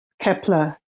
Kepler